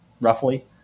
roughly